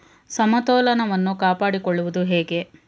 ಸಮತೋಲನವನ್ನು ಕಾಪಾಡಿಕೊಳ್ಳುವುದು ಹೇಗೆ?